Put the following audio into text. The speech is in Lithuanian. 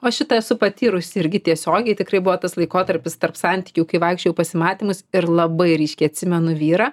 o šitą esu patyrusi irgi tiesiogiai tikrai buvo tas laikotarpis tarp santykių kai vaikščiojau pasimatymus ir labai ryškiai atsimenu vyrą